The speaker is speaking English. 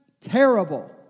terrible